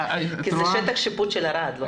כי זה שטח שיפוט של ערד.